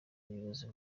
ubuyobozi